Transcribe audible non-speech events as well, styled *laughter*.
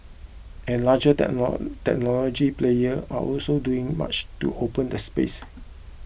and larger *unintelligible* technology players are also doing much to open the space